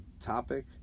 Topic